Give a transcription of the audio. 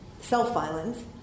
self-violence